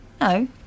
No